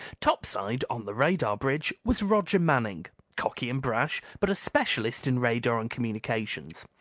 topside, on the radar bridge, was roger manning, cocky and brash, but a specialist in radar and communications.